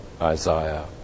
Isaiah